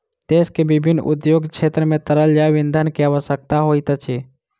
देश के विभिन्न उद्योग क्षेत्र मे तरल जैव ईंधन के आवश्यकता होइत अछि